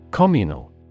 Communal